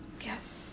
Yes